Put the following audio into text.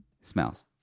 smells